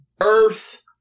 Earth